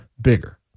bigger